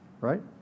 Right